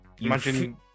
Imagine